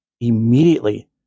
Immediately